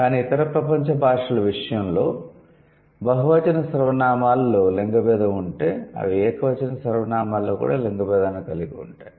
కానీ ఇతర ప్రపంచ భాషల విషయంలో బహువచన సర్వనామాలలో లింగ భేదం ఉంటే అవి ఏకవచన సర్వనామాలలో కూడా లింగ భేదాన్ని కలిగి ఉంటాయి